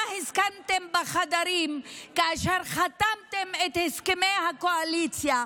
הסכמתם בחדרים כאשר חתמתם את הסכמי הקואליציה,